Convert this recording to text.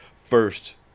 first